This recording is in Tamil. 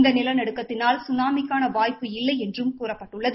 இந்த நிலநடுக்கத்தினால் சுனாமிக்கான வாய்ப்பு இல்லை என்றும் கூறப்பட்டுள்ளது